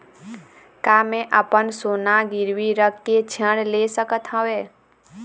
का मैं अपन सोना गिरवी रख के ऋण ले सकत हावे?